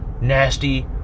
nasty